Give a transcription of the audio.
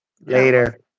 Later